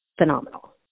phenomenal